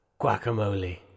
Guacamole